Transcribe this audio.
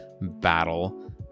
battle